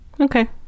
Okay